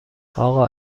اقا